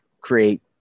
create